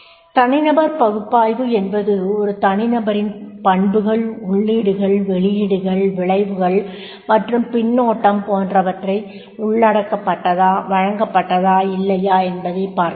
தனிநபர் பகுப்பாய்வு என்பது ஒரு நபரின் பண்புகள் உள்ளீடுகள் வெளியீடுகள் விளைவுகள் மற்றும் பின்னூட்டம் போன்றவை வழங்கப்பட்டதா இல்லையா என்பதைப் பார்க்க வேண்டும்